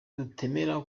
tutemera